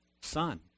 son